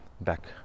back